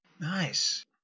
Nice